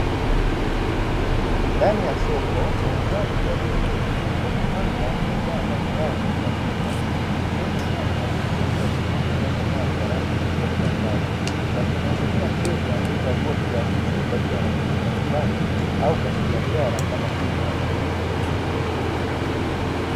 Ndani ya soko, wauzaji walioketi wamepanga bidhaa mbalimbali juu ya meza, ikiwemo nyanya zilizoiva vizuri zinazong'aa kwa rangi nyekundu angavu. Wakimhudumia mteja anayechagua bidhaa hizi kwa ajili ya matumizi ya nyumbani, au kwenye biashara kama vile mamantilie.